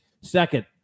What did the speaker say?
Second